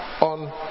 on